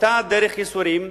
אותה דרך ייסורים,